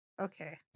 Okay